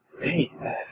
Hey